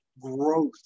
growth